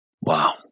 Wow